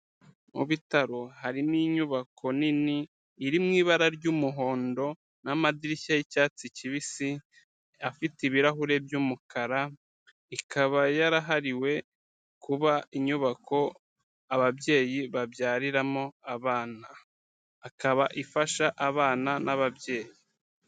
Mu bitaro harimo inyubako nini iri mu ibara ry'umuhondo n'amadirishya y'icyatsi kibisi afite ibirahure by'umukara, ikaba yarahariwe kuba inyubako ababyeyi babyariramo abana. Akaba ifasha abana n'ababyeyi.